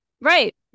Right